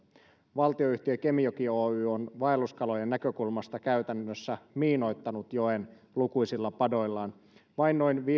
valtionyhtiö kemijoki oy on vaelluskalojen näkökulmasta käytännössä miinoittanut joen lukuisilla padoillaan vain noin